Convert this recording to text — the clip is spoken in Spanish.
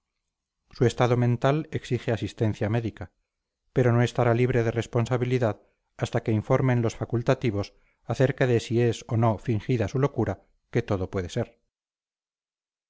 su estado mental exige asistencia médica pero no estará libre de responsabilidad hasta que informen los facultativos acerca de si es o no fingida su locura que todo puede ser